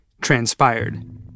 transpired